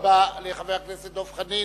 תודה רבה לחבר הכנסת דב חנין.